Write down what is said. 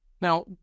Now